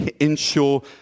ensure